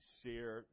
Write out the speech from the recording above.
share